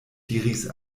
diris